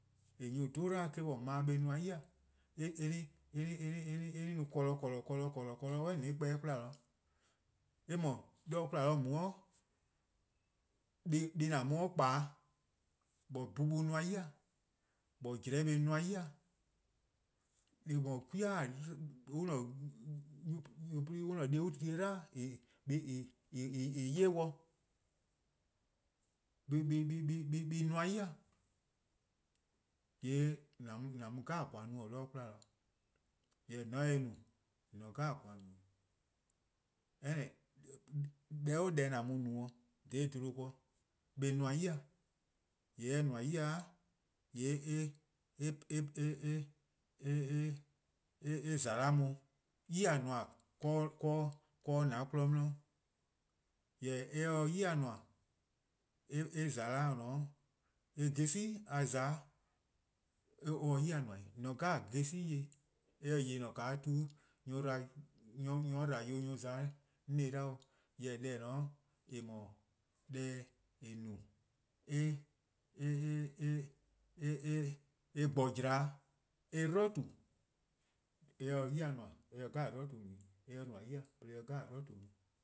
Deh nyor-a 'dhu-a 'dlu eh-: :on 'ye 'ble :eh 'ye 'yi-dih :nmor. eh-' no korlo :korlor: korlor 'suh :an :kpa 'de 'kwla, eh :mor, 'de 'kwla :on mu-a, deh+ :an mu 'de :kpa-', 'nyi buh :nmor 'yi-dih, 'nyi 'jlehn :nmor 'yi-dih, deh+ en mor nyor-plu:+-a deh+ an 'dhu-a 'dlu :en 'ye-a dih 'nyi en :nmor 'yi-dih, :yee' :an mu :koan: 'jeh no 'de 'kwla. Jorwor: :mor :on se-eh no :on se :koan: 'jeh no 'i. deh 'o deh :an mu-a no-' dha 'bluhba ken 'nyi eh :nmor 'yi-dih. :yee' :mor eh :nmor 'yi-dih :yee' eh :za 'da-a mu 'yi dih :nmor? 'De :an 'kmo 'di. Jorwor: :mor eh se 'yi-dih :nmor, eh :za 'da :or :ne-a 'o, eh geli'-a :za-' or :se-' 'yi-dih :nmor 'i, :on :se-' 'geli' 'jeh 'ye 'i. Eh :se :yeh :en-a 'de tu-' :mor :dba yuh :an za-a 'de 'on se-eh 'da 'o, jorwor: deh :eh ne-a 'o :eh no-a deh :on no-a eh 'yi :gwej-eh, eh 'dlu :tu, :mor on se 'yi-dih :nmor eh :se 'dlu 'jeh :no 'i, :mor eh :nmor 'yi-dih 'de eh 'ye :dlu-tu: 'jeh no.